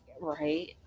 Right